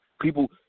People